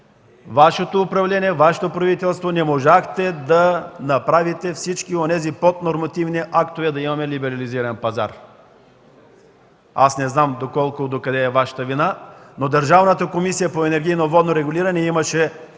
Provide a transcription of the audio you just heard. Вашето управление, Вашето правителство не можа да направи всички онези поднормативни актове, за да имаме либерализиран пазар. Не знам докъде е Ваша вината, но Държавната комисия за енергийно и водно регулиране, след